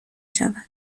شود